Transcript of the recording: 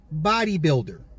bodybuilder